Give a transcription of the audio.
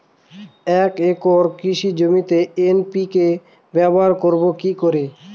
এক একর কৃষি জমিতে এন.পি.কে ব্যবহার করব কি করে?